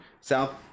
South